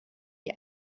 die